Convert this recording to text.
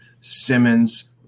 Simmons